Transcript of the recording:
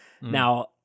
now